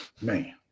Man